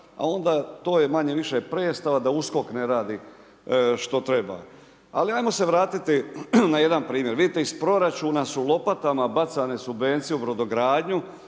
a onda to je manje-više predstava da USKOK ne radi što treba. Ali ajmo se vratiti na jedan primjer. Vidite iz proračuna su lopatama bacane subvencije u brodogradnju,